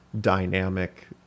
dynamic